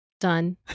Done